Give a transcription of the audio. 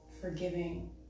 forgiving